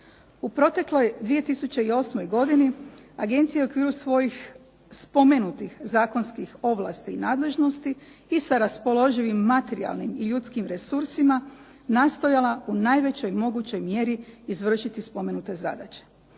U protekloj 2008. godini agencija je u okviru svojih spomenutih zakonskih ovlasti i nadležnosti i sa raspoloživim materijalnim i ljudskim resursima nastojala u najvećoj mogućoj mjeri izvršiti spomenute zadaće.